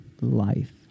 life